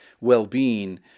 well-being